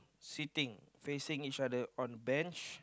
sitting facing each other on a bench